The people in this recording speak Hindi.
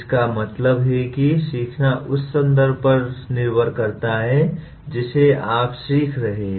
इसका मतलब है कि सीखना उस संदर्भ पर निर्भर करता है जिसमें आप सीख रहे हैं